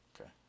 Okay